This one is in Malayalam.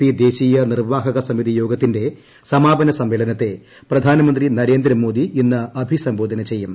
പി ദേശീയ നിർവ്വാഹക സമിതിയോഗത്തിന്റെ സമാപന സമ്മേളനത്തെ പ്രധാനമന്ത്രി നരേന്ദ്രമോദി ക്ക്ന്ന് അഭിസംബോധന ചെയ്യും